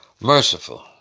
Merciful